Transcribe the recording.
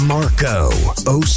Marco